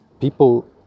People